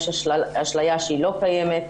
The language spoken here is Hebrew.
יש אשליה שהיא לא קיימת,